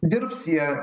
dirbs jie